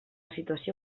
situació